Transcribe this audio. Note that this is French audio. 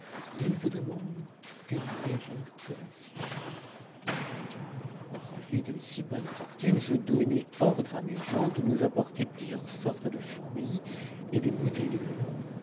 je ne vous demande qu'une légère collation ravi d'une si bonne fortune je donnai ordre à mes gens de nous apporter plusieurs sortes de fruits et des bouteilles de vin